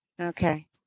Okay